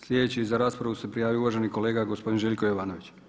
Sljedeći za raspravu se prijavio uvaženi kolega gospodin Željko Jovanović.